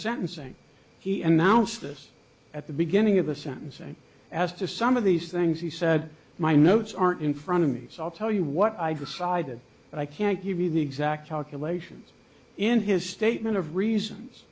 sentencing he announced this at the beginning of a sentence and as to some of these things he said my notes aren't in front of me so i'll tell you what i decided but i can't give you the exact occupations in his statement of reasons